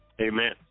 Amen